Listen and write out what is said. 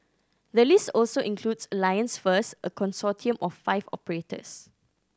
the list also includes Alliance First a consortium of five operators